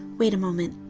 wait a moment.